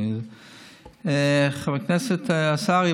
חבר הכנסת אוסאמה,